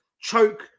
choke